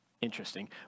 interesting